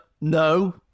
no